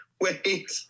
Wait